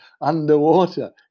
underwater